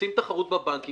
רוצים תחרות בבנקים,